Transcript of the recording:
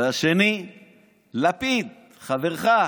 והשני הוא לפיד, חברך.